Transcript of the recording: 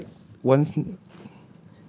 you put like one